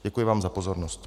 Děkuji vám za pozornost.